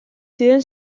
ziren